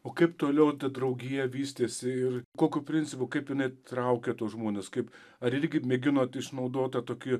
o kaip toliau draugija vystėsi ir kokiu principu kaip jinai traukė tuos žmones kaip ar irgi mėginot išnaudot tą tokį